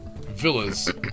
villas